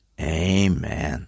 Amen